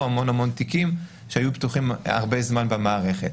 המון המון תיקים שהיו פתוחים הרבה זמן במערכת.